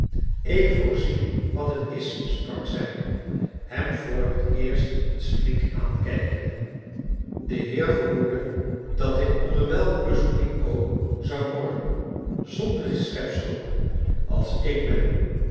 ik voorzie wat het is sprak zij hern voor het eerst eens flink aankijkende de heer verhoede dat ik onder welke bezoeking ook zou morren zondig schepsel als ik ben